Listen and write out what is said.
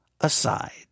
aside